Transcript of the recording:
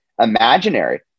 imaginary